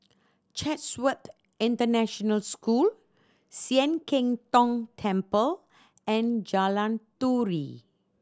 Chatsworth International School Sian Keng Tong Temple and Jalan Turi